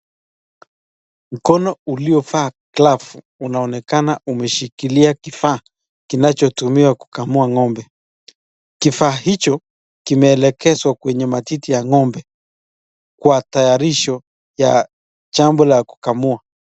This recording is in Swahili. Mkono uliyovaa glavu unaonekana umeshikilia kifaa kinachotumiwa kukamua ngombe. Kifaa hicho kimeelekezwa kwenye matiti ya ngombe. Kwa tayarisho ya jambo la kukamua.